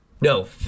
No